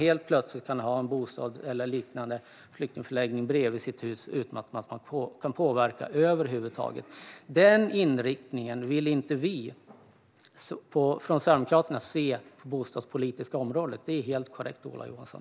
Helt plötsligt kan man ha bostäder i form av en flyktingförläggning eller liknande bredvid sitt hus utan att kunna påverka över huvud taget. Den inriktningen vill vi från Sverigedemokraterna inte se på det bostadspolitiska området. Det är helt korrekt, Ola Johansson.